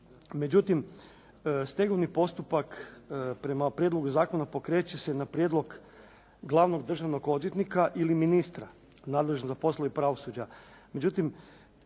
Međutim, stegovni postupak prema prijedlogu zakona pokreće se na prijedlog glavnog državnog odvjetnika ili ministra nadležnog za poslove pravosuđa.